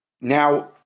now